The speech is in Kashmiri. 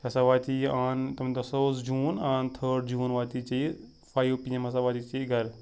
ژےٚ ہسا واتہِ یہِ آن تٔمۍ دۄہ سا اوس جوٗن آن تھٲڑ جوٗن واتہِ یہِ ژےٚ یہِ فایِو پی ایم ہسا واتہِ ژےٚ یہِ گرٕ